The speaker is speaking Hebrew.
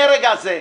מרגע זה,